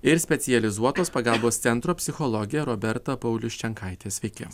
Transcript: ir specializuotos pagalbos centro psichologė roberta paulius čiankaitė sveiki